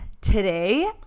today